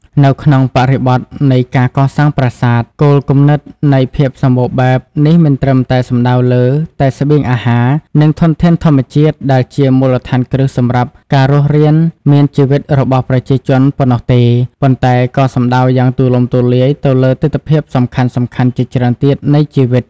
នៅក្នុងបរិបទនៃការកសាងប្រាសាទ គោលគំនិតនៃ ភាពសម្បូរបែប នេះមិនត្រឹមតែសំដៅលើតែ ស្បៀងអាហារ និងធនធានធម្មជាតិ ដែលជាមូលដ្ឋានគ្រឹះសម្រាប់ការរស់រានមានជីវិតរបស់ប្រជាជនប៉ុណ្ណោះទេ ប៉ុន្តែក៏សំដៅយ៉ាងទូលំទូលាយទៅលើទិដ្ឋភាពសំខាន់ៗជាច្រើនទៀតនៃជីវិត។